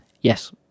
Yes